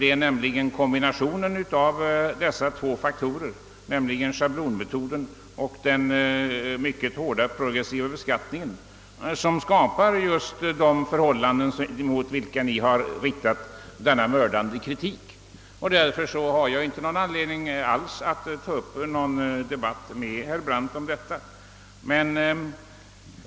Det är nämligen kombinationen av dessa två faktorer, schablonmetoden och den mycket hårda progressiviteten, som skapar just de förhållanden, mot vilka ni har riktat er mördande kritik. Därför har jag inte alls någon anledning att ta upp en debatt med herr Brandt i denna fråga.